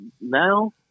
Now